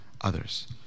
others